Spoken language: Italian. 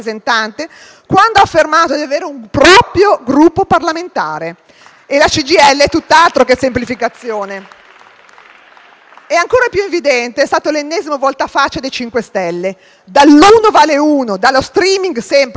quando ha affermato di avere un proprio Gruppo parlamentare. E la CGIL è tutt'altro che semplificazione. Ancora più evidente è stato l'ennesimo voltafaccia dei 5 Stelle: dall'uno vale uno e dallo *streaming* sempre e ovunque,